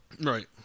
Right